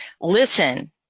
listen